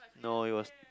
no it was